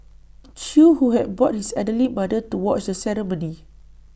chew who had brought his elderly mother to watch the ceremony